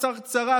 קצרצרה,